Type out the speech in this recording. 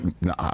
No